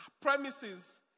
premises